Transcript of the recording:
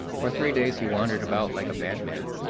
for three days he wandered about like a madman,